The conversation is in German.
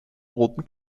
roten